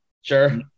Sure